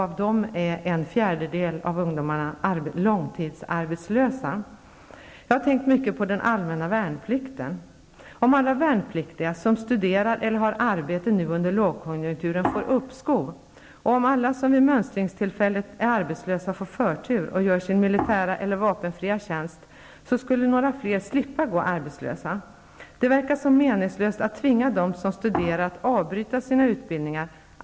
Av dem är en fjärdedel långtidsarbetslösa. Jag har tänkt mycket på den allmänna värnplikten. Om alla värnpliktiga som studerar eller har arbete nu under lågkonjunkturen får uppskov och alla som vid mönstringstillfället är arbetslösa får förtur att göra sin militärtjänst eller vapenfria tjänst skulle några fler slippa gå arbetslösa. Det verkar så meningslöst att tvinga dem som studerar att avbryta sina utbildningar.